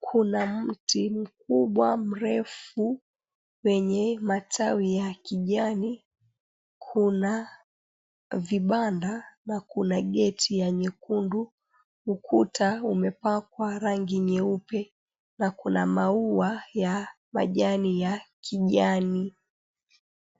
kuna mti mkubwa mrefu wenye matawi ya kijani, kuna vibanda na kuna geti ya nyekundu, ukuta umepakwa rangi nyeupe na kuna maua ya majani ya kijani.